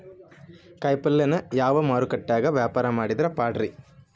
ಕಾಯಿಪಲ್ಯನ ಯಾವ ಮಾರುಕಟ್ಯಾಗ ವ್ಯಾಪಾರ ಮಾಡಿದ್ರ ಪಾಡ್ರೇ?